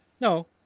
No